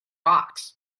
box